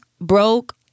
broke